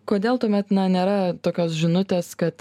kodėl tuomet nėra tokios žinutės kad